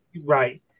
Right